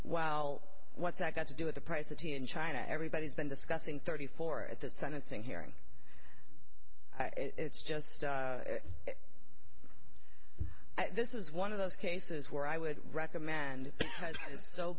well what's that got to do with the price of tea in china everybody's been discussing thirty four at the sentencing hearing it's just this is one of those cases where i would recommend